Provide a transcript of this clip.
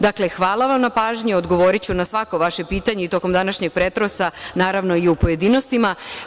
Dakle, hvala vam na pažnji odgovoriću na svako vaše pitanje i tokom današnjem pretresa, naravno i u pojedinostima.